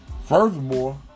Furthermore